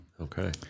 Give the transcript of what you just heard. Okay